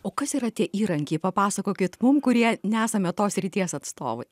o kas yra tie įrankiai papasakokit mum kurie nesame tos srities atstovai